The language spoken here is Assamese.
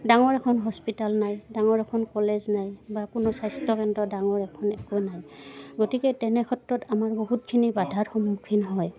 ডাঙৰ এখন হস্পিটাল নাই ডাঙৰ এখন কলেজ নাই বা কোনো স্বাস্থ্যকেন্দ্ৰ ডাঙৰ এখন একো নাই গতিকে তেনে ক্ষেত্ৰত আমাৰ বহুতখিনি বাধাৰ সন্মুখীন হয়